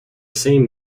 same